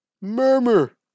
Murmur